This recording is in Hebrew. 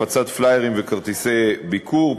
הפצת פליירים וכרטיסי ביקור,